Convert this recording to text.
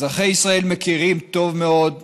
אזרחי ישראל מכירים טוב מאוד את